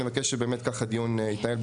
אני מבקש שבאמת ככה הדיון יתנהל,